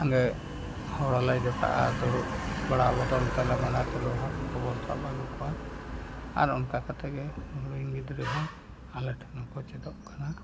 ᱥᱟᱸᱜᱮ ᱦᱚᱲᱞᱮ ᱡᱚᱴᱟᱜᱼᱟ ᱫᱩᱲᱩᱵ ᱵᱟᱲᱟ ᱠᱟᱛᱮᱞᱮ ᱢᱮᱱᱟ ᱪᱚᱞᱚ ᱦᱟᱹᱠᱩᱵᱚᱱ ᱥᱟᱵ ᱟᱹᱜᱩ ᱠᱚᱣᱟ ᱟᱨ ᱚᱱᱠᱟ ᱠᱟᱛᱮᱜᱮ ᱟᱞᱤᱝ ᱜᱤᱫᱽᱨᱟᱹ ᱦᱚᱸ ᱟᱞᱮ ᱴᱷᱮᱱ ᱦᱚᱸᱠᱚ ᱪᱮᱫᱚᱜ ᱠᱟᱱᱟ